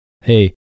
Hey